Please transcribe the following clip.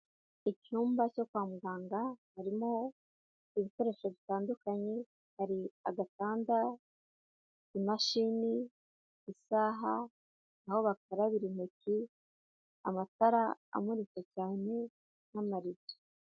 Icyumba cyo kwa muganga harimo ibikoresho bitandukanye hari agatanda, imashini, isaha aho bakarabira intoki, amatara amuritse cyane n'amarido.